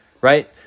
right